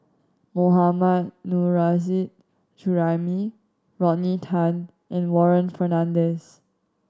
Mohammad Nurrasyid Juraimi Rodney Tan and Warren Fernandez